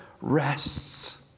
rests